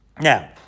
Now